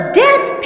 death